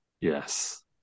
Yes